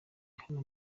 hano